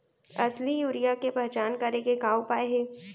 असली यूरिया के पहचान करे के का उपाय हे?